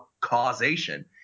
causation